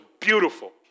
beautiful